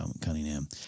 Cunningham